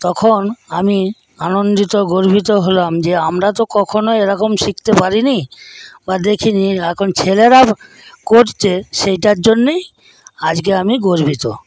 তখন আমি আনন্দিত গর্বিত হলাম যে আমরা তো কখনো এরকম শিখতে পারিনি ওরা দেখে নিই এখন ছেলেরা করছে সেটার জন্যই আজকে আমি গর্বিত